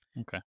Okay